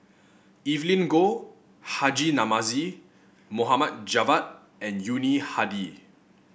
Evelyn Goh Haji Namazie Mohd Javad and Yuni Hadi